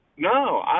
No